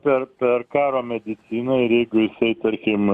per per karo mediciną ir jeigu jisai tarkim